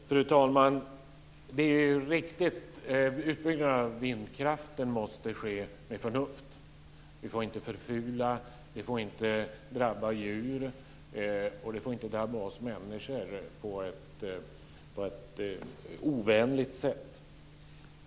Fru talman! Det är riktigt att utbyggnaden av vindkraften måste ske med förnuft. Den får inte förfula, den får inte drabba djur och den får inte drabba oss människor på ett ovänligt sätt.